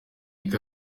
eric